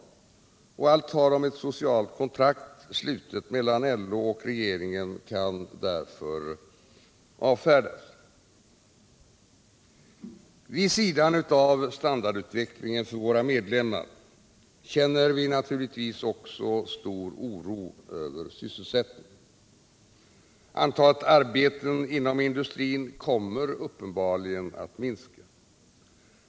Allt tal om ett ”socialt kontrakt”, slutet mellan LO och regeringen, kan därför avfärdas. Vid sidan av oron för standardutvecklingen för våra medlemmar känner vi naturligtvis också stor oro över sysselsättningen. Antalet arbetstillfällen inom industrin kommer uppenbarligen att minska.